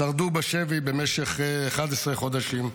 שרדו בשבי במשך 11 חודשים.